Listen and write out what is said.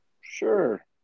Sure